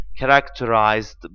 Characterized